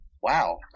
Wow